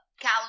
Cal